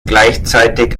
gleichzeitig